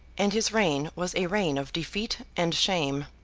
and his reign was a reign of defeat and shame.